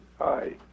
Hi